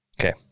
Okay